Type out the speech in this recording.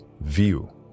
view